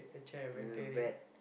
the vet